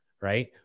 right